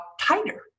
tighter